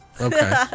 Okay